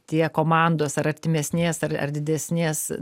tie komandos ar artimesnės ar ar didesnės